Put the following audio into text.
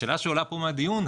השאלה שעולה פה מהדיון היא,